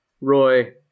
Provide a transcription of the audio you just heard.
Roy